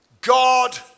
God